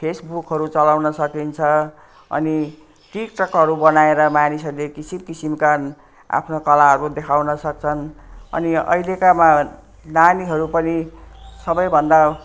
फेसबुकहरू चलाउनु सकिन्छ अनि टिकटकहरू बनाएर मानिसहरूले किसिम किसिमका आफ्ना कलाहरू देखाउन सक्छन् अनि अहिलेका मा नानीहरू पनि सबैभन्दा